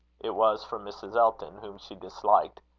it was from mrs. elton, whom she disliked,